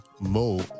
Mo